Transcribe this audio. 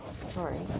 Sorry